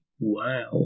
Wow